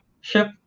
ship